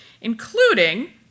including